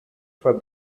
for